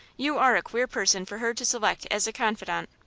you are a queer person for her to select as a confidant.